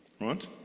right